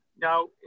Now